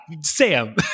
sam